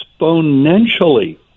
exponentially